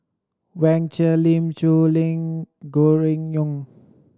Wang Sha Lim Soo Lim Ngee Gregory Yong